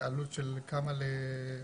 עלות של כמה ---,